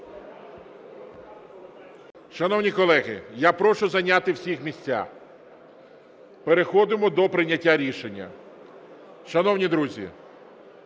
Шановні колеги, я прошу зайняти всіх місця, переходимо до прийняття рішення. Шановні друзі,